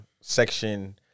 section